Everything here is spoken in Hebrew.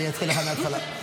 אני אתחיל לך מהתחלה.